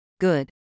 good